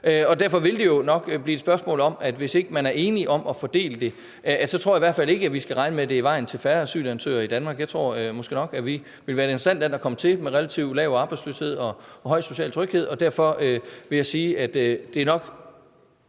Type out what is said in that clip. i Syrien er tæt på 90, og hvis ikke man er enige om at fordele dem, så tror jeg i hvert fald ikke, vi skal regne med, at det er vejen til færre asylansøgere i Danmark, for jeg tror måske nok, at vi ville være et interessant land at komme til, da vi har relativ lav arbejdsløshed og høj social tryghed. Derfor vil jeg sige, at det nok